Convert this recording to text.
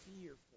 fearful